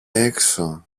έξω